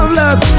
love